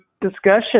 discussion